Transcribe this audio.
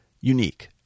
unique